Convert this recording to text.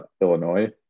Illinois